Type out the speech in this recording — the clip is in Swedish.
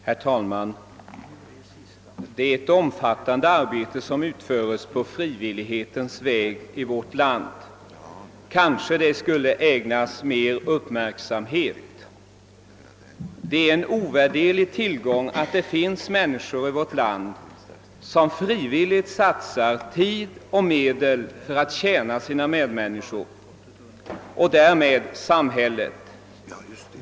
Herr talman! Det är ett omfattande arbete som utförs på frivillighetens väg i vårt land, och kanske borde det ägnas mer uppmärksamhet. Det är en ovärderlig tillgång att det finns människor som frivilligt satsar tid och medel för att tjäna sina medmänniskor och därmed samhället.